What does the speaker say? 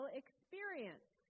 experience